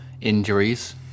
injuries